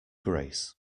grace